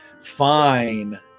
fine